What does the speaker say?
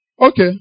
Okay